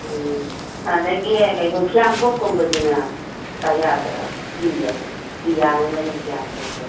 ꯎꯝ ꯑꯗꯒꯤ ꯀꯔꯤ ꯐꯤꯌꯥꯡꯈꯣꯛꯒꯨꯝꯕꯗꯨꯅ ꯀꯌꯥ ꯀꯌꯥ ꯄꯤꯖꯥꯠꯅꯣ ꯐꯤ ꯌꯥꯟꯅꯅꯕ ꯐꯤꯌꯥꯡꯀꯣꯛꯀꯥꯗꯣ